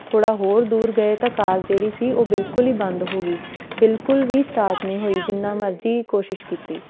ਥੋੜ੍ਹਾ ਹੋਰ ਦੂਰ ਗਏ ਤਾਂ ਕਾਰ ਜਿਹੜੀ ਸੀ ਉਹ ਬਿਲਕੁਲ ਹੀ ਬੰਦ ਹੋ ਗਈ ਬਿਲਕੁਲ ਵੀ ਸਟਾਰਟ ਨਹੀਂ ਹੋਈ ਜਿੰਨਾ ਮਰਜ਼ੀ ਕੋਸ਼ਿਸ਼ ਕੀਤੀ